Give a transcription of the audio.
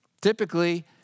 Typically